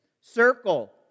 Circle